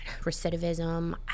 recidivism